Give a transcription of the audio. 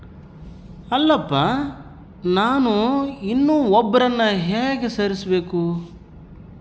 ಅಲ್ಲಪ್ಪ ನಾನು ಇನ್ನೂ ಒಬ್ಬರನ್ನ ಹೇಗೆ ಸೇರಿಸಬೇಕು?